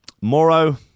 Moro